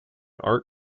art